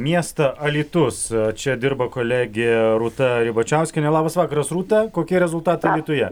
miestą alytus čia dirba kolegė rūta ribačiauskienė labas vakaras rūta kokie rezultatai alytuje